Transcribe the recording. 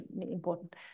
important